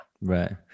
Right